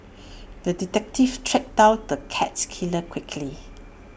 the detective tracked down the cat killer quickly